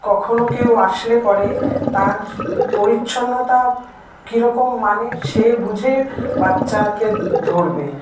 কখনও কেউ আসলে পরে তার পরিচ্ছন্নতাও কিরকম মানের সে বুঝে বাচ্চাকে ধরবে